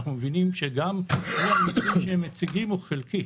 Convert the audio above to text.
אנחנו מבינים שגם היישום שהם מציגים הוא חלקי.